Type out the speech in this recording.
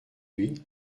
lui